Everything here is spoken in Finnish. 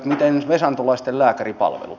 miten vesantolaisten lääkäripalvelut